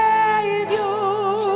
Savior